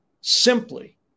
simply